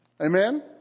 Amen